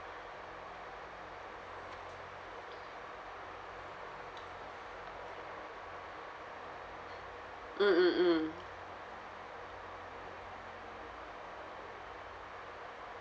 mm mm mm